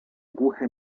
głuche